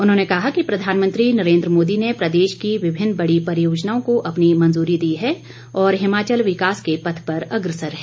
उन्होंने कहा कि प्रधानमंत्री नरेन्द्र मोदी ने प्रदेश की विभिन्न बड़ी परियोजनाओं को अपनी मंजूरी दी है और हिमाचल विकास के पथ पर अग्रसर है